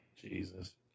Jesus